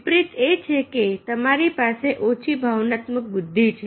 વિપરિત એ છે કે તમારી પાસે ઓછી ભાવનાત્મક બુદ્ધિ છે